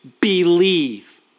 believe